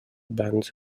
bands